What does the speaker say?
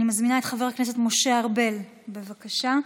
אני מזמינה את חבר הכנסת משה ארבל, בבקשה.